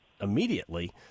immediately